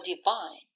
divine